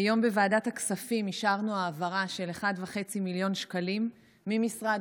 היום בוועדת הכספים אישרנו העברה של 1.5 מיליון שקלים ממשרד